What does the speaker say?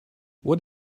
what